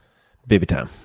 baby time.